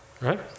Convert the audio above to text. Right